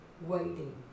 waiting